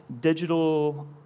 digital